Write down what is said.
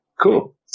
Cool